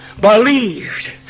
believed